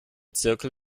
zirkel